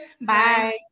Bye